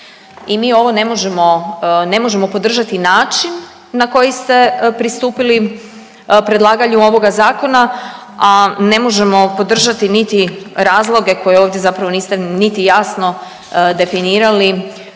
I mi ovo ne možemo podržati način na koji ste pristupili predlaganju ovoga zakona, a ne možemo podržati niti razloge koje ovdje zapravo niste niti jasno definirali